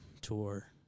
tour